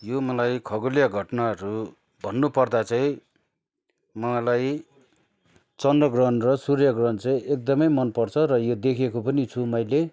यो मलाई खगोलीय घटनाहरू भन्नुपर्दा चाहिँ मलाई चन्द्र ग्रहण र सूर्य ग्रहँ चाहिँण एकदमै मनपर्छ र यो देखेको पनि छु मैले